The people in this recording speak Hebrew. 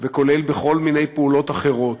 וכולל בכל מיני פעולות אחרות.